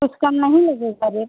कुछ कम नहीं लगेगा रेट